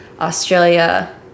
Australia